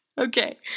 Okay